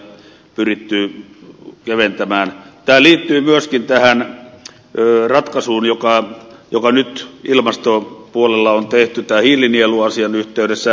tämä liittyy myöskin tähän ratkaisuun joka nyt ilmastopuolella on tehty tämän hiilinieluasian yhteydessä